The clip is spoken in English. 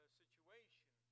situation